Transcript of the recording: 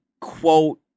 quote